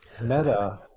meta